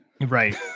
right